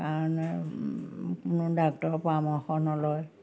কাৰণে কোনো ডাক্তৰৰ পৰামৰ্শ নলয়